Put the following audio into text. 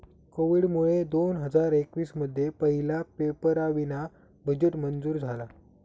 कोविडमुळे दोन हजार एकवीस मध्ये पहिला पेपरावीना बजेट मंजूर झाला